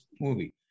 movie